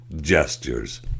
gestures